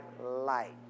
light